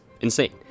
insane